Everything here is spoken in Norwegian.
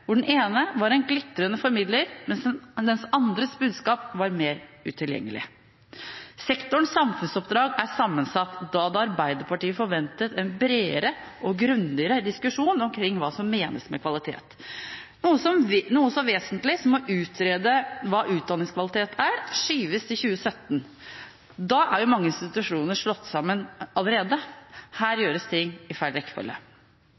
hvor den ene var en glitrende formidler, mens den andres budskap var mer utilgjengelig. Sektorens samfunnsoppdrag er sammensatt. Da hadde Arbeiderpartiet forventet en bredere og grundigere diskusjon omkring hva som menes med kvalitet. Noe så vesentlig som å utrede hva utdanningskvalitet er, skyves til 2017. Da er jo mange institusjoner slått sammen allerede. Her gjøres ting i feil rekkefølge.